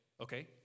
okay